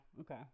Okay